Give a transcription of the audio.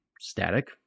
static